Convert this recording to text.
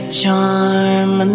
charm